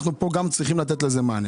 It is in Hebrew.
צריכים לתת לזה מענה.